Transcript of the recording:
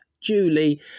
Julie